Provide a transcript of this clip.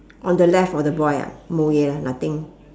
on the left of the boy ah mou je lah nothing